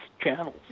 channels